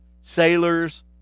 sailors